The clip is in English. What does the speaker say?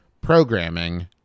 programming